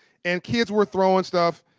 and kids were throwing stuff.